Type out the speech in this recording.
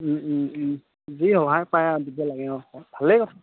যি সহায় পায় আৰু দিব লাগে অঁ অঁ ভালেই কথা